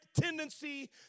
tendency